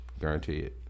Guaranteed